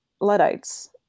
Luddites